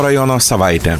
rajono savaitė